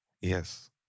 Yes